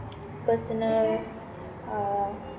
personal uh